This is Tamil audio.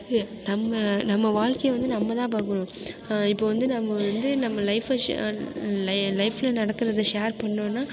நம்ம நம்ம வாழ்க்கையை வந்து நம்மதான் பார்க்கணும் இப்போ வந்து நம்ம வந்து நம்ம லைஃபை ஷேர் லைஃப்பில் நடக்கிறத ஷேர் பண்ணிணோனா